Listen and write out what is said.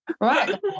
Right